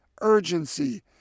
urgency